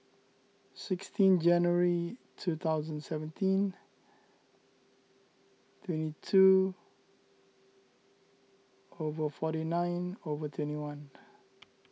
sixteen January two thousand and seventeen twenty two over forty nine over twenty one